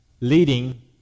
leading